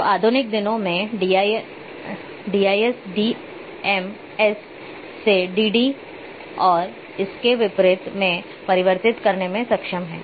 तो आधुनिक दिनों में डीआईएस डी एम एस से डी डी और इसके विपरीत में परिवर्तित करने में सक्षम हैं